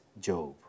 Job